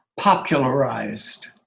popularized